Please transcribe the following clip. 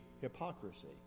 hypocrisy